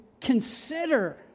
consider